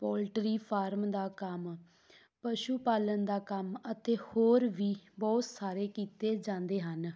poultry farm ਦਾ ਕੰਮ ਪਸ਼ੂ ਪਾਲਣ ਦਾ ਕੰਮ ਅਤੇ ਹੋਰ ਵੀ ਬਹੁਤ ਸਾਰੇ ਕੀਤੇ ਜਾਂਦੇ ਹਨ